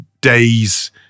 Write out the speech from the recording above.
day's